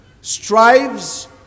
strives